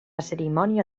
cerimònia